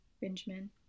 benjamin